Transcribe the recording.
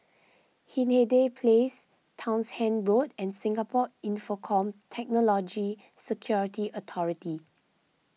Hindhede Place Townshend Road and Singapore Infocomm Technology Security Authority